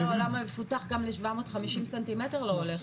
שהלול יהיה מאובזר בהתאם לדברים, וזה לתקופת מעבר.